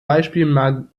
beispiel